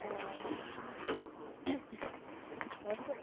ए हजुर हुन्छ